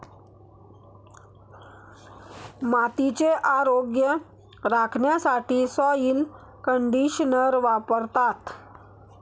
मातीचे आरोग्य राखण्यासाठी सॉइल कंडिशनर वापरतात